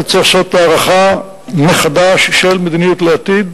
תצטרך לעשות הערכה מחדש של המדיניות לעתיד,